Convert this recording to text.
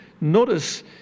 notice